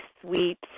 sweet